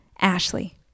Ashley